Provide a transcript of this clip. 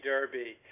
Derby